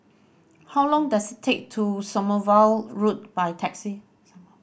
how long does take to Sommerville Road by taxi